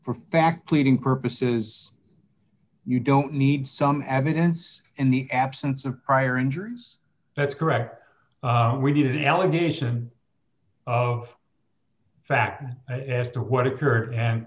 for fact pleading purposes you don't need some and then in the absence of prior injuries that's correct we need an allegation of fact as to what occurred and